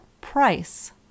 price